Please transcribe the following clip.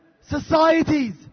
societies